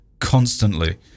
constantly